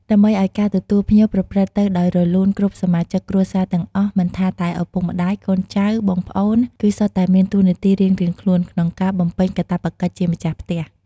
ដើម្បីឲ្យការទទួលភ្ញៀវប្រព្រឹត្តទៅដោយរលូនគ្រប់សមាជិកគ្រួសារទាំងអស់ មិនថាតែឪពុកម្ដាយ កូនចៅ បងប្អូន គឺសុទ្ធតែមានតួនាទីរៀងៗខ្លួនក្នុងការបំពេញកាតព្វកិច្ចជាម្ចាស់ផ្ទះ។